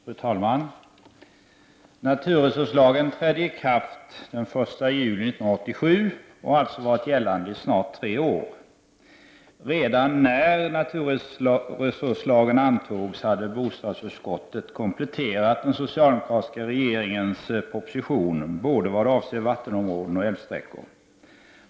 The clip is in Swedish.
Fru talman! Naturresurslagen trädde i kraft den 1 juli 1987 och har alltså varit gällande i snart tre år. Redan när naturresurslagen antogs hade bostads utskottet kompletterat den socialdemokratiska regeringens proposition vad avser både vattenområden och älvsträckor.